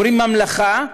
אומרים ממלכה,